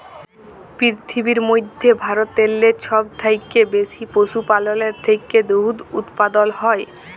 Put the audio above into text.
পিরথিবীর মইধ্যে ভারতেল্লে ছব থ্যাইকে বেশি পশুপাললের থ্যাইকে দুহুদ উৎপাদল হ্যয়